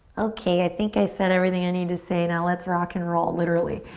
okay, i think i said everything i need to say now let's rock and roll literally.